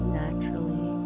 naturally